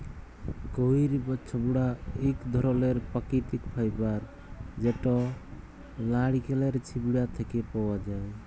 কইর বা ছবড়া ইক ধরলের পাকিতিক ফাইবার যেট লাইড়কেলের ছিবড়া থ্যাকে পাউয়া যায়